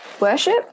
worship